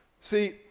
See